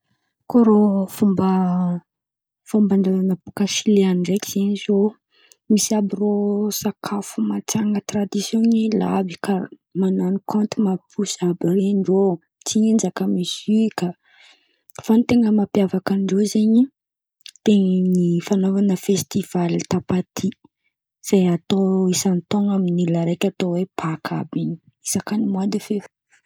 Kô rô fomba fomban-drazan̈a boàka silia an̈y ndraiky zen̈y zio. Misy àby rô sakafo matsan̈a tradision ela karà man̈ano konty mampiposy àby ren̈y rô: Tsinjaka, miozika. Fa ny ten̈a mapiavan-drozen̈y, de ny fanaovan̈a festivaly tapaty. Izay atao isan-taon̈o amin'olo araiky atao hoe paka àby in̈y ny moa de fevrie.